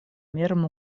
мерам